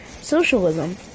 Socialism